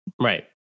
Right